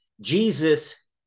Jesus